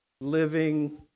living